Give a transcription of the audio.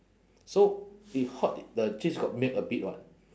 so if hot the cheese got melt a bit [what]